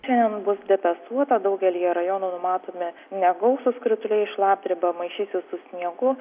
šiandien bus debesuota daugelyje rajonų numatomi negausūs krituliai šlapdriba maišysis su sniegu